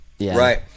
Right